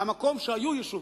במקום שהיו יישובים,